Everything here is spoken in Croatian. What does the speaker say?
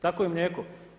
Tako i mlijeko.